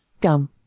Gum